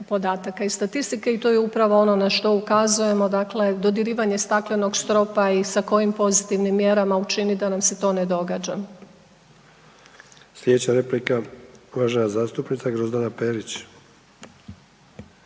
i statistike i to je upravo ono na što ukazujemo, dakle dodirivanje staklenog stropa i sa kojim pozitivnim mjerama učiniti da nam se to ne događa. **Sanader, Ante (HDZ)** Sljedeća replika uvažena zastupnica Grozdana Perić.